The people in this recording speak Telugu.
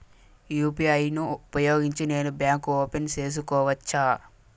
యు.పి.ఐ ను ఉపయోగించి నేను బ్యాంకు ఓపెన్ సేసుకోవచ్చా?